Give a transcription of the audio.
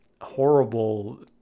horrible